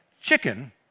chicken